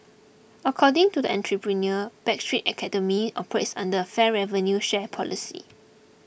according to the entrepreneur Backstreet Academy operates under a fair revenue share policy